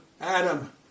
Adam